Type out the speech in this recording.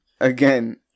again –